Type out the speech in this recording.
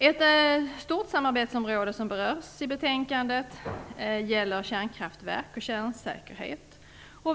Ett stort samarbetsområde som berörs i betänkandet gäller kärnkraftverk och kärnsäkerhet.